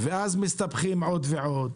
ואז מסתבכים עוד ועוד,